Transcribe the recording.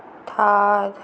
Thar